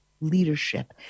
leadership